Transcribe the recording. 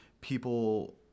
people